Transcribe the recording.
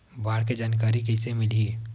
बाढ़ के जानकारी कइसे मिलही?